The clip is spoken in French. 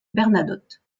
bernadotte